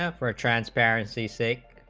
yeah for transparency say